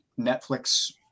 Netflix